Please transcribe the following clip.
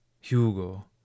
Hugo